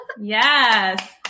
yes